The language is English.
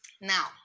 now